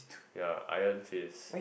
ya Iron Fist